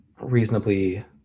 reasonably